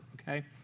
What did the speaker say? okay